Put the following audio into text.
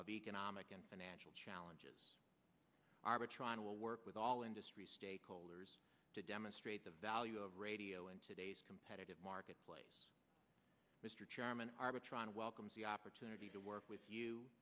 of economic and financial challenges arbitron will work with all industry stakeholders to demonstrate the value of radio in today's competitive marketplace mr chairman arbitron welcomes the opportunity to work with you